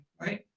right